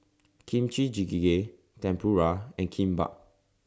Kimchi Jjigae Tempura and Kimbap